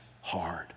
hard